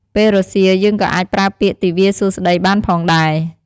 ពេលរសៀល យើងក៏អាចប្រើពាក្យ "ទិវាសួស្តី"បានផងដែរ។